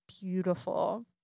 beautiful